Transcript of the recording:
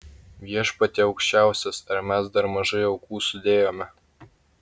viešpatie aukščiausias ar mes dar mažai aukų sudėjome